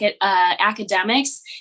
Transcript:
academics